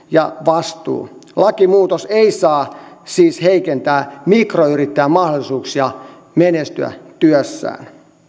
ja vastuu lakimuutos ei saa siis heikentää mikroyrittäjän mahdollisuuksia menestyä työssään